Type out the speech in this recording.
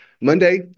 Monday